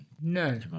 No